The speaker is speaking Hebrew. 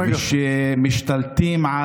ושהם משתלטים,